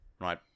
right